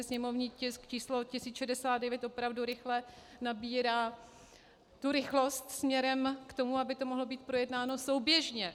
Sněmovní tisk číslo 1069 opravdu rychle nabírá rychlost směrem k tomu, aby to mohlo být projednáno souběžně.